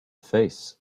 face